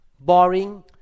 boring